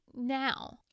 now